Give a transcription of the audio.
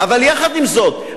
אבל יחד עם זאת,